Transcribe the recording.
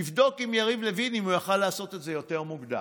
תבדוק עם יריב לוין אם הוא היה יכול לעשות את זה יותר מוקדם.